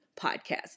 podcast